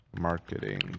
marketing